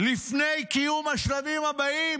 לפני קיום השלבים הבאים.